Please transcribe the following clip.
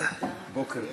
בוקר טוב.